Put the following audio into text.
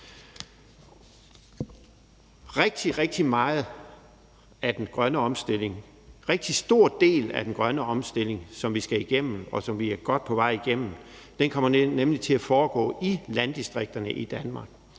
rigtig stor del af den grønne omstilling, som vi skal igennem, og som vi er godt på vej igennem, kommer nemlig til at foregå i landdistrikterne i Danmark